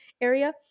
area